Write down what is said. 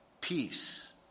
peace